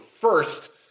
first